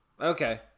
Okay